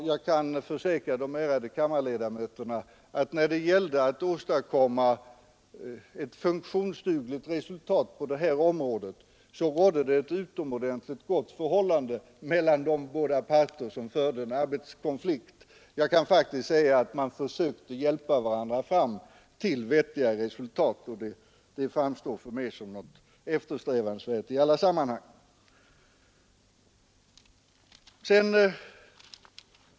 Jag kan försäkra de ärade kammarledamöterna att när det gällde att åstadkomma ett funktionsdugligt resultat på detta område rådde det ett utomordentligt gott förhållande mellan de båda parter som var invecklade i den arbetskonflikten. Man försökte faktiskt hjälpa varandra fram till vettiga resultat, och det framstår för mig som något eftersträvansvärt i alla sammanhang.